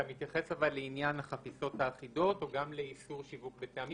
אתה מתייחס לעניין החפיסות האחידות או גם לאיסור שיווק בטעמים?